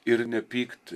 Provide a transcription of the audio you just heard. ir nepykt